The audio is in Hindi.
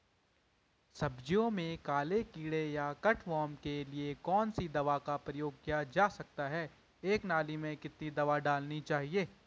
सब्जियों में काले कीड़े या कट वार्म के लिए कौन सी दवा का प्रयोग किया जा सकता है एक नाली में कितनी दवा डालनी है?